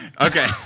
Okay